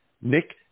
Nick